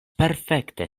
perfekte